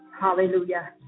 Hallelujah